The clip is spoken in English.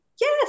Yes